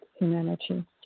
humanity